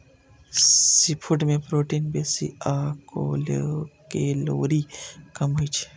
seafood मे protein बेसी आ कैलोरी कम होइ छै